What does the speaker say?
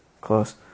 close